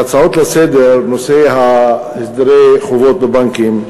בהצעות לסדר-היום, נושא הסדרי החובות בבנקים,